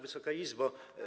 Wysoka Izbo!